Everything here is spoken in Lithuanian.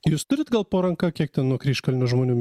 jūs turite gal po ranka kiek ten nuo kryžkalnio žmonių